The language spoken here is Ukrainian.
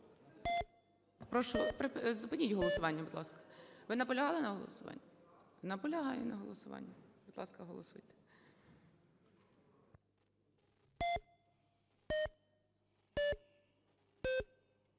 Прошу, зупиніть голосування, будь ласка. Ви наполягали на голосуванні? Наполягає на голосуванні. Будь ласка, голосуйте.